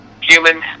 human